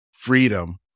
Freedom